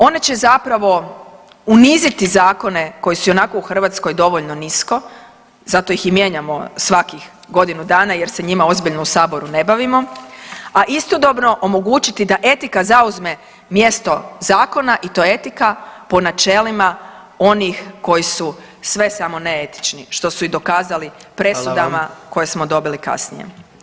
One će zapravo uniziti zakone koji su ionako u Hrvatskoj dovoljno nisko zato ih i mijenjamo svakih godinu dana jer se njima ozbiljno u Saboru ne bavimo, a istodobno omogućiti da etika zauzme mjesto zakona i to etika po načelima onih koji su sve samo ne etični što su i dokazali presudama koje smo dobili kasnije.